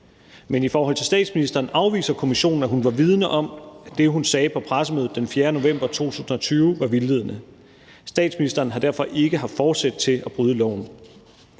Men i forhold til statsministeren afviser kommissionen, at hun var vidende om, at det, hun sagde på pressemødet den 4. november 2020, var vildledende. Statsministeren har derfor ikke haft forsæt til at bryde loven.